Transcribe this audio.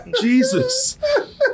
Jesus